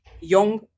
young